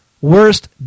Worst